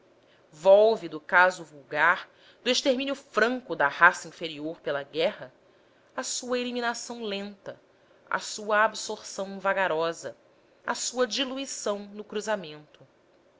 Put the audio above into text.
do caso vulgar do extermínio franco da raça inferior pela guerra à sua eliminação lenta à sua absorção vagarosa à sua diluição no cruzamento